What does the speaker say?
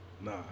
Nah